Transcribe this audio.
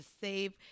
save